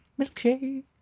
Milkshake